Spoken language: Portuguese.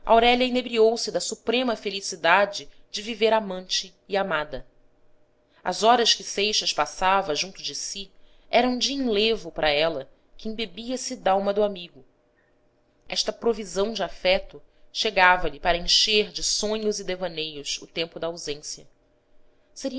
aurélia inebriou se da suprema felicidade de viver amante e amada as horas que seixas passava junto de si eram de enlevo para ela que embebia se dalma do amigo esta provisão de afeto chegava-lhe para encher de sonhos e deva neios o tempo da ausência